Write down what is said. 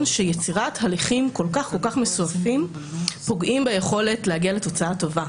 שיצירת הליכים כל כך מסועפים פוגעים ביכולת להגיע לתוצאה טובה.